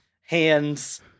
hands